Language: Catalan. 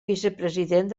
vicepresident